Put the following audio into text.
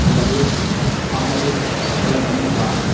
कार्ये अहमपि सलग्नं भवामि